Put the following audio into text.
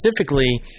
specifically